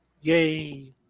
Yay